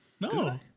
No